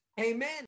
Amen